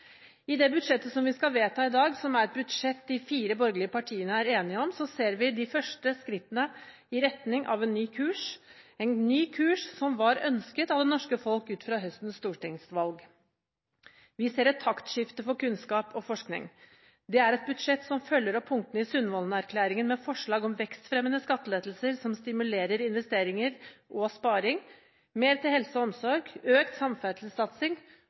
I det budsjettet som vi skal vedta i dag, som er et budsjett de fire borgerlige partiene er enige om, ser vi de første skrittene i retning av en ny kurs – en ny kurs som var ønsket av det norske folk ut fra høstens stortingsvalg. Vi ser et taktskifte for kunnskap og forskning. Det er et budsjett som følger opp punktene i Sundvolden-erklæringen med forslag om vekstfremmende skattelettelser som stimulerer investeringer og sparing, mer til helse og omsorg, økt samferdselssatsing